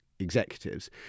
executives